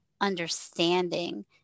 understanding